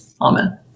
Amen